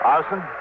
Arson